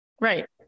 Right